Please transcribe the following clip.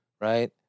right